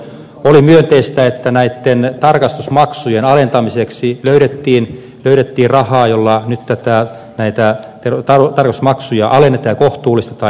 oli myönteistä että näitten tarkastusmaksujen alentamiseksi löydettiin rahaa jolla nyt näitä tarkastusmaksuja alennetaan ja kohtuullistetaan